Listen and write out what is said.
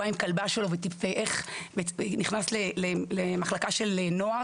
הוא היה עם הכלבה שלו ונכנס למחלקת נוער,